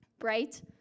right